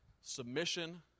Submission